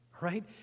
right